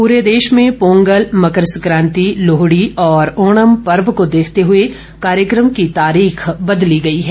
पूरे देश में पोंगल मकर संक्रांति लोहड़ी और ओणम पर्व को देखते हुए कार्यक्रम की तारीख बदली गयी है